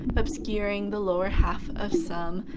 obscuring the lower half of some,